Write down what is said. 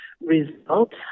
result